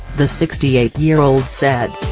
the sixty eight year old said.